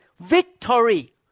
Victory